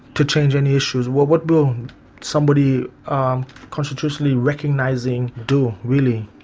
to change any issues? what what will somebody um constitutionally recognising do, really?